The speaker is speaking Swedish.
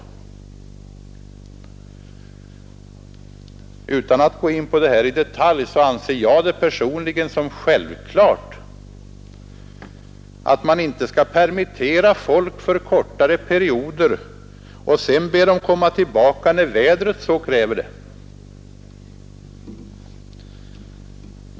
Utan att gå in på detta i detalj vill jag framhålla att jag personligen anser det som självklart att man inte skall permittera folk för kortare perioder och sedan be dem komma tillbaka när vädret så kräver.